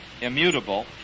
immutable